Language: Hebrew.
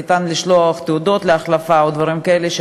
ניתן לשלוח תעודות להחלפה או דברים כאלה.